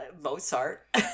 Mozart